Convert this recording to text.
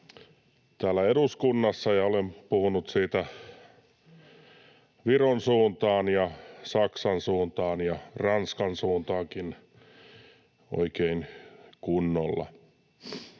täällä eduskunnassa ja olen puhunut siitä Viron suuntaan ja Saksan suuntaan ja Ranskan suuntaankin oikein kunnolla.